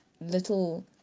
little